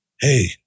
Hey